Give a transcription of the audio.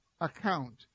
account